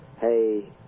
hey